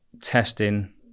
testing